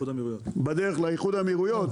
בדרך לאיחוד האמירויות.